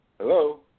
Hello